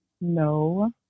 No